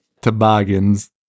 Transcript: toboggans